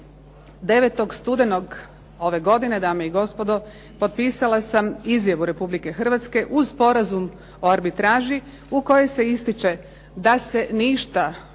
9. studenoga ove godine dame i gospodo potpisala sam Izjavu Republike Hrvatske uz Sporazum o arbitraži u kojoj se ističe da se ništa